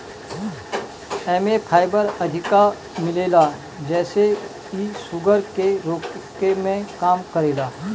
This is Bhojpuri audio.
एमे फाइबर अधिका मिलेला जेसे इ शुगर के रोके में काम करेला